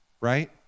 right